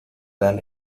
than